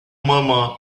murmur